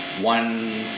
one